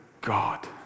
God